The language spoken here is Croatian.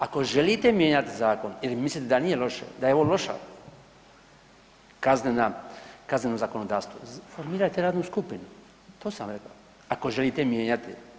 Ako želite mijenjati zakon ili mislite da nije loše, da je ovo loše kazneno zakonodavstvo formirajte radnu skupinu, to sam rekao, ako želite mijenjati.